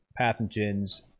pathogens